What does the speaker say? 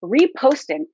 reposting